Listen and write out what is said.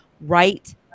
right